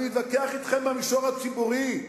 אני מתווכח אתכם במישור הציבורי.